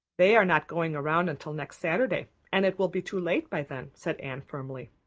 they are not going around until next saturday and it will be too late by then, said anne firmly.